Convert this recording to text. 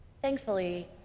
Thankfully